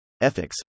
ethics